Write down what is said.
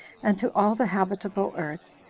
and to all the habitable earth,